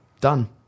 Done